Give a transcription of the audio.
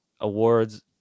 awards